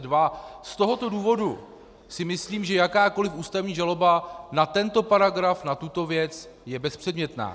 Z tohoto důvodu si myslím, že jakákoliv ústavní žaloba na tento paragraf, na tuto věc, je bezpředmětná.